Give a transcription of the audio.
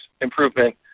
improvement